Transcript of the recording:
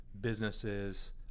businesses